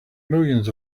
millions